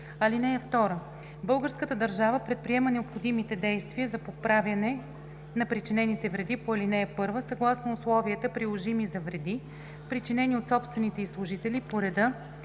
(2) Българската държава предприема необходимите действия за поправяне на причинените вреди по ал. 1 съгласно условията, приложими за вреди, причинени от собствените й служители, по реда,